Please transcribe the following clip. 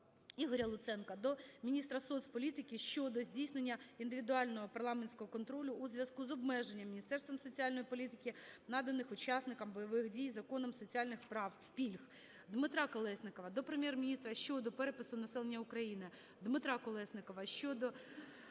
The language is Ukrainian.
Ігоря Луценка до міністра соцполітики щодо здійснення індивідуального парламентського контролю у зв'язку з обмеженням Міністерством соціальної політики наданих учасникам бойових дій Законом соціальних прав (пільг). Дмитра Колєснікова до Прем'єр-міністра щодо перепису населення України. Дмитра Колєснікова до